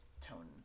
tone